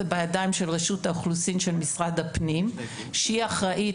זה בידיים של רשות האוכלוסין של משרד הפנים שהיא אחראית